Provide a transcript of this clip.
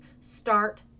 Start